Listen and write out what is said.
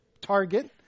Target